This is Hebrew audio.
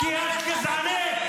-- כי את גזענית,